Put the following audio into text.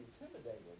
intimidated